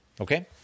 Okay